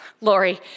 Lori